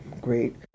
great